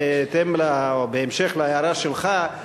בהמשך להערה שלך,